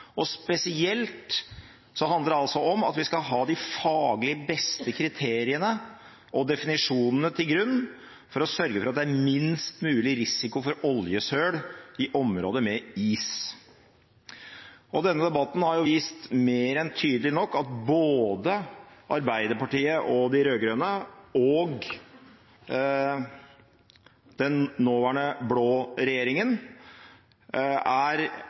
forvaltningsplanen. Spesielt handler det om at vi skal ha de faglig beste kriteriene og definisjonene til grunn for å sørge for at det er minst mulig risiko for oljesøl i områder med is. Denne debatten har vist mer enn tydelig nok at både Arbeiderpartiet – og de rød-grønne – og den nåværende blå regjeringen er